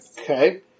Okay